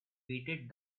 weighted